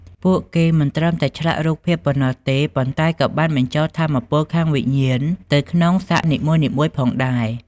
ពួកគេមិនត្រឹមតែឆ្លាក់រូបភាពប៉ុណ្ណោះទេ ប៉ុន្តែក៏បានបញ្ចូលថាមពលខាងវិញ្ញាណទៅក្នុងសាក់នីមួយៗផងដែរ។